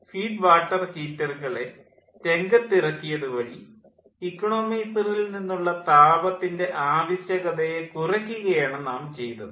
feed water ഹീറ്ററുകളെ രംഗത്ത് ഇറക്കിയത് വഴി ഇക്കണോമൈസറിൽ നിന്നുള്ള താപത്തിൻ്റെ ആവശ്യകതയെ കുറയ്ക്കുകയാണ് നാം ചെയ്തത്